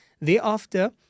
thereafter